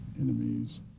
enemies